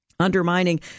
undermining